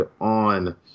on